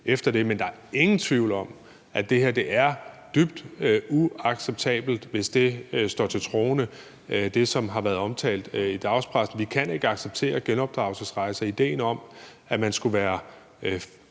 er. Men der er ingen tvivl om, at det her er dybt uacceptabelt, hvis det, som har været omtalt i dagspressen, står til troende. Vi kan ikke acceptere genopdragelsesrejser. Idéen om, at man skulle være